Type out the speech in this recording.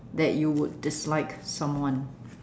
that you would dislike someone